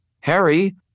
Harry